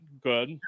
Good